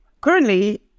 Currently